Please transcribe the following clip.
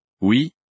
Oui